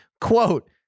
quote